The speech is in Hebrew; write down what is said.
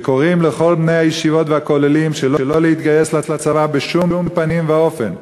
וקוראים לכל בני-הישיבות והכוללים שלא להתגייס לצבא בשום פנים ואופן,